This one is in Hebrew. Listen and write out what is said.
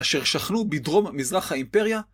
אשר שכנו בדרום מזרח האימפריה.